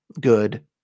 good